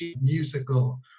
musical